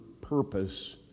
purpose